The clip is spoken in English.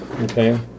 Okay